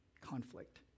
conflict